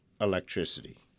electricity